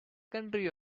country